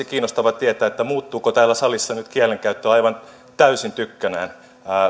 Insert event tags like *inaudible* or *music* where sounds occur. *unintelligible* kiinnostavaa tietää muuttuuko täällä salissa nyt kielenkäyttö aivan täysin tykkänään